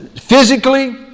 physically